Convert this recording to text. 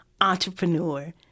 entrepreneur